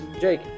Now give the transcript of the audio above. Jake